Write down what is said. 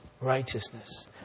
righteousness